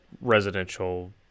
residential